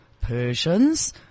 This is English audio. Persians